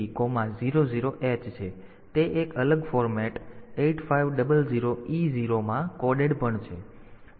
તેથી તે એક અલગ ફોર્મેટ 8500E0 માં કોડેડ પણ છે